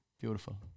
beautiful